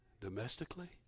domestically